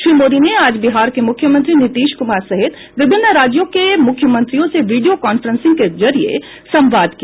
श्री मोदी ने आज बिहार के मुख्यमंत्री नीतीश कुमार सहित विभिन्न राज्यों के मुख्यमंत्रियों से वीडियो कॉफ्रेंस के जरिये संवाद किया